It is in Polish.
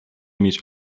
mieć